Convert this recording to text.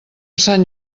sant